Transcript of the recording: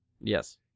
Yes